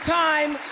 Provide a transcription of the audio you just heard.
time